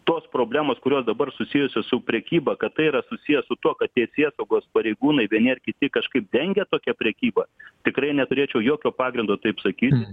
tos problemos kurios dabar susijusios su prekyba kad tai yra susiję su tuo kad teisėsaugos pareigūnai vieni ar kiti kažkaip dengia tokią prekybą tikrai neturėčiau jokio pagrindo taip sakyti